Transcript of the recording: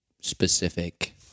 specific